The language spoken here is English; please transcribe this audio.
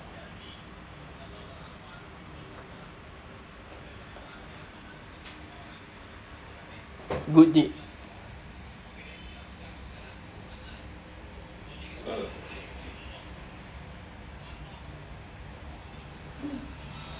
good deed